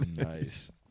nice